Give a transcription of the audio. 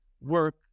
work